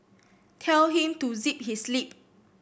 tell him to zip his lip